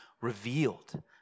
revealed